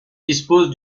dispose